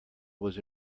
was